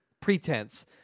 pretense